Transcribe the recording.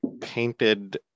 painted